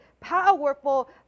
powerful